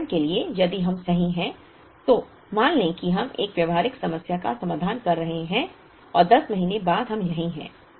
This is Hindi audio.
उदाहरण के लिए यदि हम सही हैं तो मान लें कि हम एक व्यावहारिक समस्या का समाधान कर रहे हैं और 10 महीने बाद हम यहीं हैं